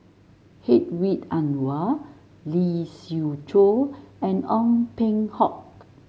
Hedwig Anuar Lee Siew Choh and Ong Peng Hock